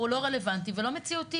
והוא לא רלוונטי ולא מציאותי.